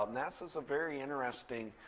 um nasa's a very interesting